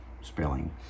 spelling